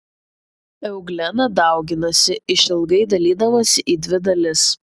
euglena dauginasi išilgai dalydamasi į dvi dalis